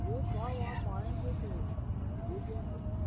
rate भाव आप आएँगे तो दे देंगे